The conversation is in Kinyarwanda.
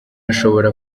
ashobora